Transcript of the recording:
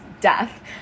death